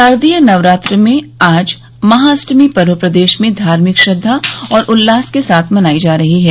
शारदीय नवरात्र में आज महाष्टमी पर्व प्रदेश में धार्मिक श्रद्वा और उल्लास के साथ मनाई जा रही है